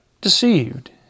deceived